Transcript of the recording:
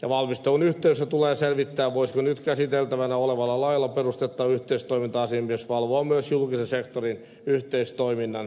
valmistelun yhteydessä tulee selvittää voisiko nyt käsiteltävänä olevalla lailla perustettava yhteistoiminta asiamies valvoa myös julkisen sektorin yhteistoiminnan toteutumista